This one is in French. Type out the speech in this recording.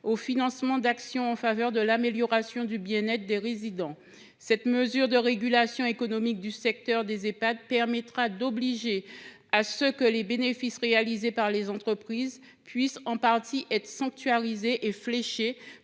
au financement d’actions en faveur de l’amélioration du bien être des résidents. Une telle mesure de régulation économique du secteur des Ehpad permettra de garantir que les bénéfices réalisés par entreprises puissent être en partie sanctuarisés et fléchés